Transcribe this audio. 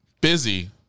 busy